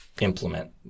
implement